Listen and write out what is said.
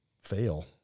fail